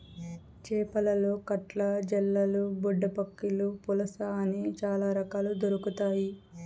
చేపలలో కట్ల, జల్లలు, బుడ్డపక్కిలు, పులస ఇలా చాల రకాలు దొరకుతాయి